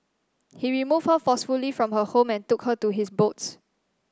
he removed her forcefully from her home and took her to his boats